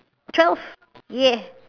twelve !yay!